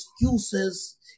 excuses